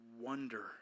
wonder